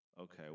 Okay